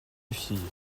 filles